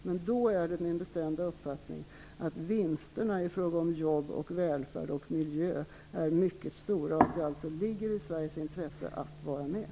Men då är det min bestämda uppfattning att vinsterna i fråga om jobb, välfärd och miljö är mycket stora och att det alltså ligger i Sveriges intresse att vara med.